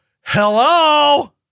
Hello